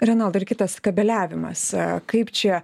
renaldai ir kitas kabeliavimas kaip čia